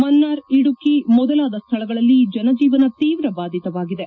ಮನ್ನಾರ್ ಇಡುಕ್ಕಿ ಮೊದಲಾದ ಸ್ಥಳಗಳಲ್ಲಿ ಜನಜೀವನ ತೀವ್ರ ಬಾಧಿತವಾಗಿದೆ